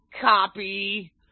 copy